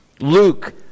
Luke